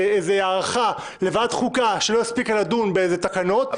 הארכה לוועדת החוקה שלא הספיקה לדון באיזה תקנות,